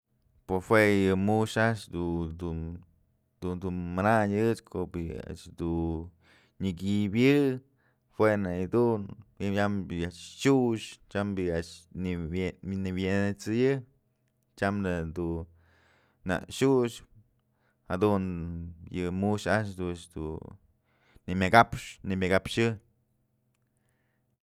Pues jue yë mu'ux a'ax du dun manañ ëch ko'o bi'i a'ax dun ñëkybyë jue nak yëdun tyam bi'i a'ax xu'ux tyam bi'i a'ax nyëwi'in et'sëyi tyam nak du nak xu'ux jadun yë mu'ux a'axdun nyëmëkapxy.